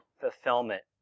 fulfillment